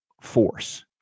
force